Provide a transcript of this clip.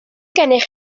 gennych